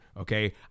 Okay